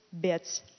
bits